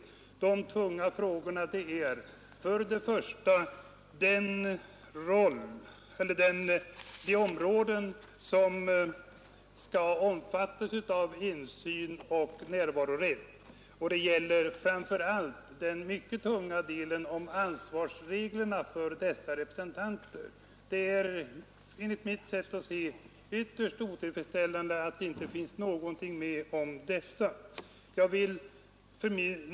Till de tunga frågorna räknar jag för det första frågan om vilka områden som skall omfattas av insyn och närvarorätten och för det andra och framför allt den mycket viktiga delen om ansvarsreglerna för dessa representanter. Det är enligt mitt sätt att se ytterst otillfredsställande att det inte finns någonting med om detta.